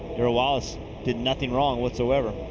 darrell wallace did nothing wrong whatsoever.